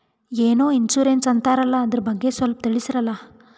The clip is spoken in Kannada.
ಏನೋ ಇನ್ಸೂರೆನ್ಸ್ ಅಂತಾರಲ್ಲ, ಅದರ ಬಗ್ಗೆ ಸ್ವಲ್ಪ ತಿಳಿಸರಲಾ?